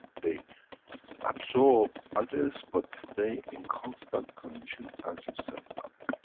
they absorb others but stay in constant condition, as you set it up.